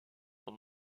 son